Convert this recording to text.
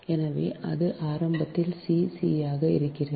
எனவே இது ஆரம்பத்தில் c c ஆக இருந்தது